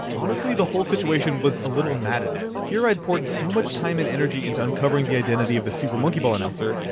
honestly, the whole situation was a little maddening. here i had poured so much time and energy into uncovering the identity of the super monkey ball announcer,